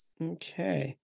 Okay